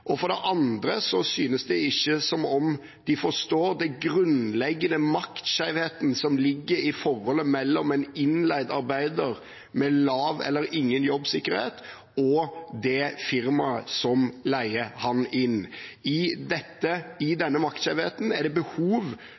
og for det andre synes det ikke som om de forstår den grunnleggende maktskjevheten som ligger i forholdet mellom en innleid arbeider med lav eller ingen jobbsikkerhet og det firmaet som leier ham inn. I denne maktskjevheten er det behov